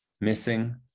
missing